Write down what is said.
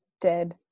dead